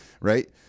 right